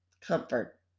comfort